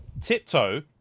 Tiptoe